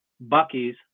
Bucky's